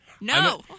No